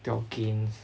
build up gains